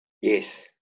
Yes